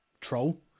troll